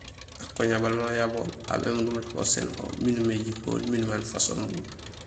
Akoña bala uyabol aw bémundum ulakoor sén ho miin umi éjkohol miin umi aan façon bu.